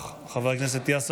חבר הכנסת דני דנון, אינו נוכח.